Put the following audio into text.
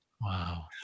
Wow